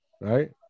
Right